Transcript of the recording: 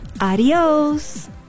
Adios